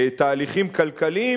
תהליכים כלכליים,